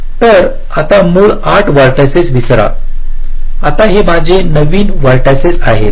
तर आता मूळ 8 व्हर्टिसिस विसरा आता हे माझे नवीन व्हर्टिसिस आहेत